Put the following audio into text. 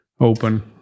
open